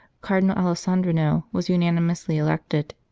cardinal alessandrino was unanimously elected.